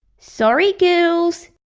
sorry girls.